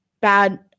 bad –